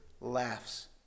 laughs